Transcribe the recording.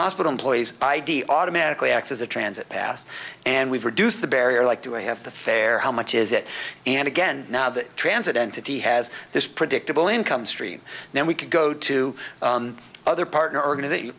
hospital employees id automatically acts as a transit pass and we've reduced the barrier like do i have the fare how much is it and again now that transit entity has this predictable income stream then we could go to other partner organization